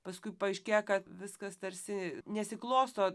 paskui paaiškėja kad viskas tarsi nesiklosto